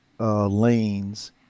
Lanes